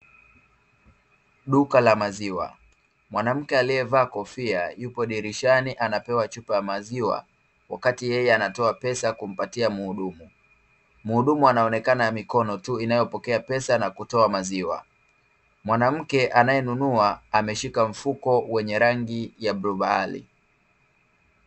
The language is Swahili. Duka la maziwa mwanamke alievaa kofia yupo dirishani anapewa chupa ya maziwa wakati yeye anatoa pesa kumpatia mhudumu, mhudumu anaonekana mikono tu inayopokea pesa nakutoa maziwa. Mwanamke anaenunua ameshika mfuko wenye rangi ya bluu bahari